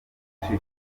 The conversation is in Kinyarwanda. umuntu